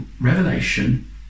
revelation